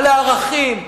על הערכים.